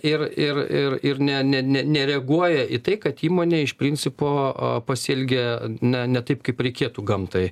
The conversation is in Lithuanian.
ir ir ir ir ne ne ne nereaguoja į tai kad įmonė iš principo o pasielgia ne ne taip kaip reikėtų gamtai